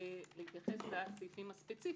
להתייחס לסעיפים הספציפיים,